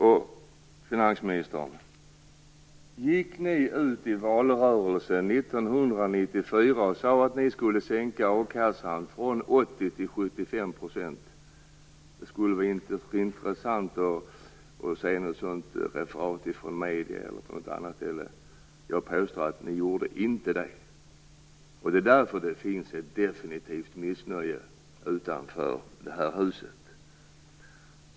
Finansministern, gick ni ut i valrörelsen 1994 och sade att ni skulle sänka a-kassan från 80 % till 75 %? Det skulle vara intressant att få se ett sådant referat från medierna exempelvis. Jag påstår att ni inte gjorde det. Det är därför som det definitivt finns ett missnöje utanför detta hus.